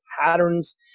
patterns